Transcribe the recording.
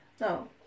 no